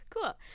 Cool